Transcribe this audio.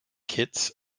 kitts